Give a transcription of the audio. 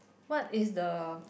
what is the